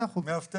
מאה אחוז.